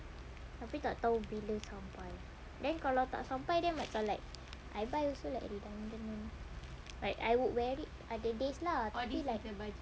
tapi tak tahu bila sampai then kalau tak sampai then macam like I buy also like redundant [one] like I would wear it other days lah tapi like